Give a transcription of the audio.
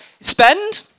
spend